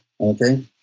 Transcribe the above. Okay